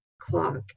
clock